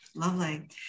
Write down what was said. lovely